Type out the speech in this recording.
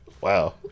Wow